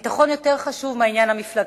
הביטחון יותר חשוב מהעניין המפלגתי,